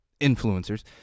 influencers